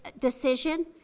decision